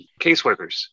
caseworkers